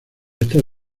estas